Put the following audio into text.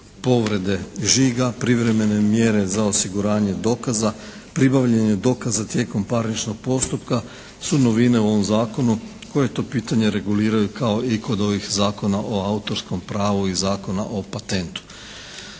povrede žiga, privremene mjere za osiguranje dokaza, pribavljanje dokaza tijekom parničnog postupka su novine u ovom zakonu koje to pitanje reguliraju kao i kod ovih Zakona o autorskom pravu i Zakona o patentu.